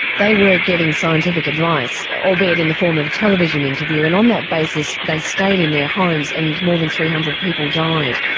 they were getting scientific advice, albeit in the form of a television interview, and on that basis they stayed in their homes and more than three hundred people died.